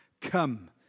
come